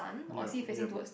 yeap yeap